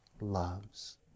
loves